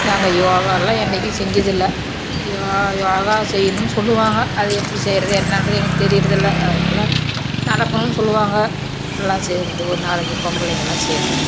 நாங்கள் யோகாலாம் என்றைக்கும் செஞ்சது இல்லை யோ யோகா செய்யணுன்னு சொல்லுவாங்க அது எப்படி செய்கிறது என்னன்றது எங்களுக்கு தெரிகிறது இல்லை அதனால நடக்கணுன்னு சொல்லுவாங்க எல்லாம் சேர்ந்து ஒரு நாலஞ்சு பொம்பளைங்கள்லாம் சேர்ந்து